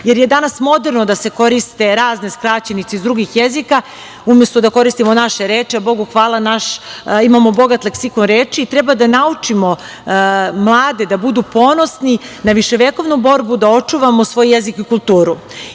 jer je danas moderno da se koriste razne skraćenice iz drugih jezika, umesto da koristimo naše reči, a Bogu hvala, imamo bogat leksikon reči. Treba da naučimo mlade da budu ponosni na viševekovnu borbu da očuvamo svoj jezik i kulturu. Ja